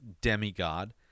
demigod